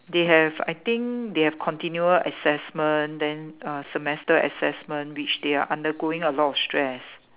they have I think they have continual assessment then uh semester assessment which they are undergoing a lot of stress